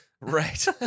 Right